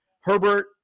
Herbert